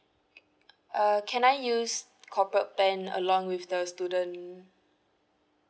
uh can I use corporate plan along with the student